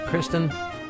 Kristen